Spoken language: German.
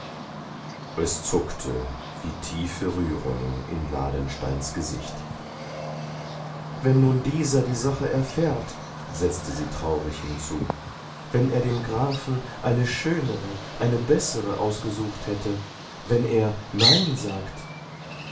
es zuckte wie tiefe rührung in ladensteins gesicht wenn nun dieser die sache erfährt setzte sie traurig hinzu wenn er dem grafen eine schönere eine bessere ausgesucht hätte wenn er nein sagt o er sagt